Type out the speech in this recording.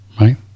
Right